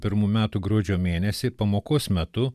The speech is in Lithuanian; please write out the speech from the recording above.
pirmų metų gruodžio mėnesį pamokos metu